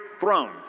throne